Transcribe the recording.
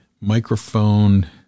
microphone